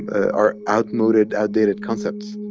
are outmoded, outdated concepts.